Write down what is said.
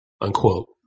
Unquote